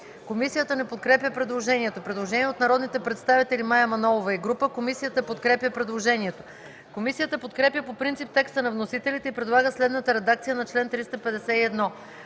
Комисията не подкрепя предложението. Предложение от народния представител Мая Манолова и група народни представители. Комисията подкрепя предложението. Комисията подкрепя по принцип текста на вносителите и предлага следната редакция на чл. 397: